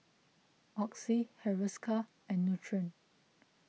Oxy Hiruscar and Nutren